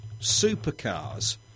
supercars